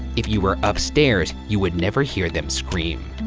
if you were upstairs, you would never hear them scream.